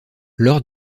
lors